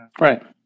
Right